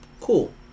Cool